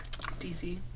DC